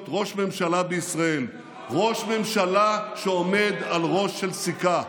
ראש ממשלה בישראל ראש ממשלה שעומד על ראש של סיכה.